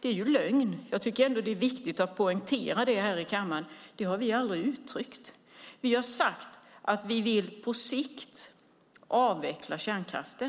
det är ju lögn. Jag tycker att det är viktigt att poängtera det här i kammaren. Detta har vi aldrig uttryckt. Vad vi har sagt är att vi på sikt vill avveckla kärnkraften.